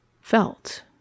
felt